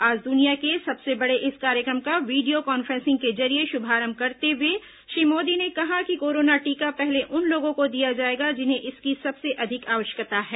आज दुनिया के सबसे बड़े इस कार्य क्र म का वीडियो कांफ्रे सिंग के जरिए शुभारंभ करते हुए श्री मोदी ने कहा कि कोरोना टीका पहले उन लोगों को दिया जाएगा जिन्हें इसकी सबसे अधिक आवश्यकता है